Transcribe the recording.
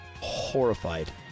horrified